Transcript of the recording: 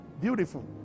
Beautiful